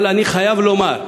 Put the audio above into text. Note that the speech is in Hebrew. אבל אני חייב לומר,